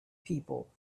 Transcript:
people